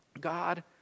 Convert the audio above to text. God